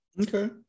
okay